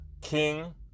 King